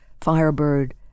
Firebird